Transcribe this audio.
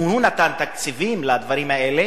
אם הוא נתן תקציבים לדברים האלה,